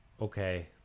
Okay